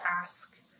ask